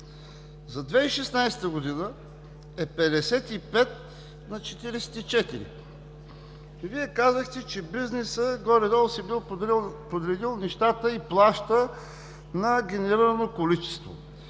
За 2016 г. е 55 на 44. Вие казахте, че бизнесът горе-долу си бил подредил нещата и плаща на генерирано количество.